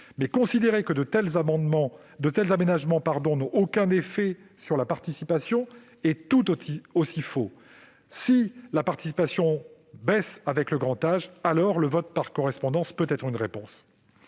Mais considérer que de tels aménagements n'ont aucun effet sur la participation est tout aussi faux. Si la participation baisse avec le grand âge, alors le vote par correspondance peut être une réponse.